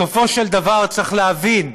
בסופו של דבר צריך להבין: